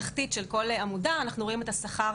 בתחתית של כל עמודה אנחנו רואים את השכר